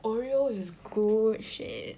oreo is good shit